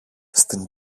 στην